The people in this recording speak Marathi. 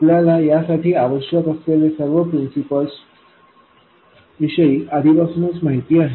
आपल्याला यासाठी आवश्यक असलेल्या सर्व प्रिन्सपलस विषयी आधीपासूनच माहिती आहे